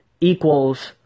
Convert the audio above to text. equals